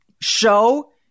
show